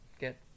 get